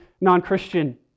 non-Christian